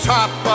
Top